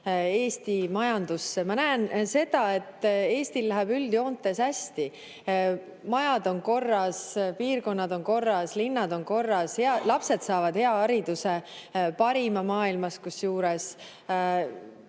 Eesti majandusse. Ma näen seda, et Eestil läheb üldjoontes hästi. Majad on korras, piirkonnad on korras, linnad on korras. Lapsed saavad hea hariduse, kusjuures